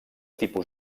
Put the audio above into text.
tipus